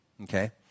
okay